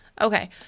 Okay